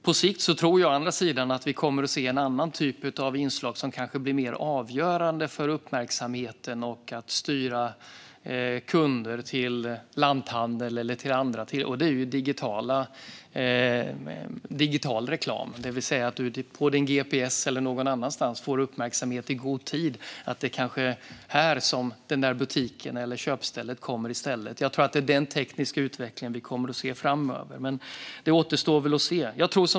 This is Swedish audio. På sikt tror jag att vi kommer att få se en annan typ av inslag som kan bli mer avgörande för uppmärksamheten och för att styra kunder till lanthandel och andra verksamheter, nämligen digital reklam. I din gps eller någon annanstans uppmärksammas du i god tid på att det finns en butik eller ett köpställe. Det är den tekniska utvecklingen vi kommer att se framöver, men det återstår att se.